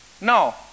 No